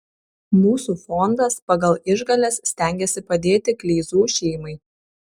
mūsų fondas pagal išgales stengiasi padėti kleizų šeimai